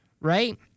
right